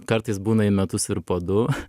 kartais būna į metus ir po du